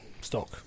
stock